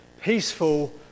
peaceful